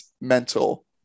mental